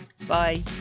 Bye